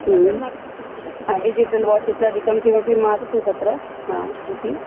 हा digital watch इत्यादिकं किमपि मास्तु तत्र हा इति